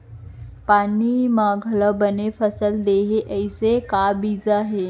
कम पानी मा घलव बने फसल देवय ऐसे का बीज हे?